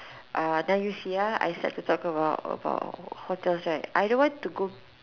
uh now you see ah now that I start talking about hotels right I don't want to go